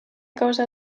causa